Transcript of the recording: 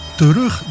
terug